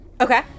Okay